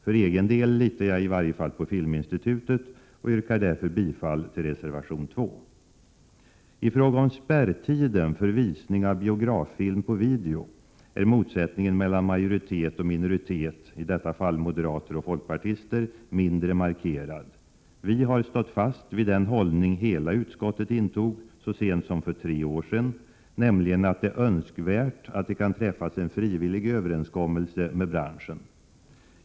För egen dellitar jag i varje fall på Filminstitutet och yrkar därför bifall till reservation 2. I fråga om spärrtiden för visning av biograffilm på video är motsättningen mellan majoritet och minoritet — i detta fall moderater och folkpartister — mindre markerad. Vi har stått fast vid den hållning hela utskottet intog så sent som för tre år sedan, nämligen att det är önskvärt att det kan träffas en frivillig överenskommelse med branschen.